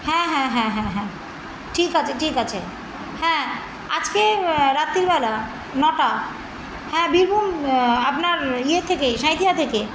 হ্যাঁ হ্যাঁ হ্যাঁ হ্যাঁ হ্যাঁ ঠিক আছে ঠিক আছে হ্যাঁ আজকে রাত্রির বেলা নটা হ্যাঁ বীরভূম আপনার ইয়ে থেকেই সাইথিয়া থেকে